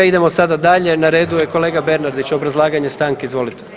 Idemo sada dalje, na redu je kolega Bernardić, obrazlaganje stanke, izvolite.